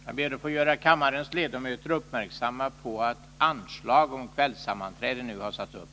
Jag ber att få göra kammarens ledamöter uppmärksamma på att anslag om kvällssammanträde nu har satts upp.